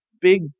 big